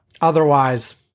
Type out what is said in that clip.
Otherwise